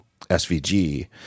SVG